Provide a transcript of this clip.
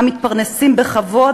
המתפרנסים בכבוד,